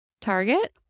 Target